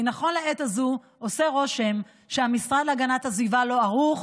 כי נכון לעת הזו עושה רושם שהמשרד להגנת הסביבה לא ערוך,